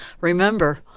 Remember